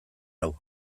hau